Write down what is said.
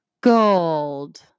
Gold